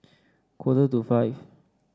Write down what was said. quarter to five